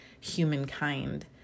humankind